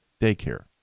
daycare